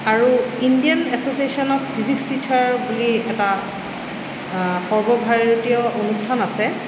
আৰু Indian association of physics teacher বুলি এটা সৰ্বভাৰতীয় অনুষ্ঠান আছে